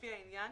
לפי העניין,